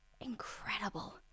Incredible